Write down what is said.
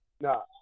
No